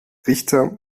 richter